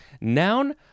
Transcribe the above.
Noun